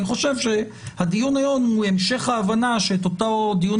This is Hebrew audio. אני חושב שהדיון היום הוא המשך ההבנה שאת אותו דיון